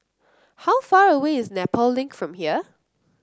how far away is Nepal Link from here